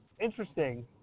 interesting